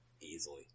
easily